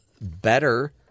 better